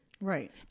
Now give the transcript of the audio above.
Right